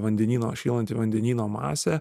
vandenyno šylanti vandenyno masė